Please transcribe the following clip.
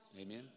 Amen